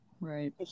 right